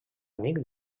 amic